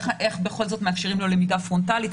איך בכל זאת מאפשרים לו למידה פרונטלית.